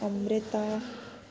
Amrita